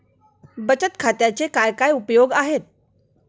बचत खात्याचे काय काय उपयोग आहेत?